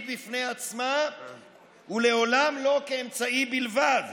בפני עצמה ולעולם לא כאמצעי בלבד.